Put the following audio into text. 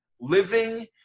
living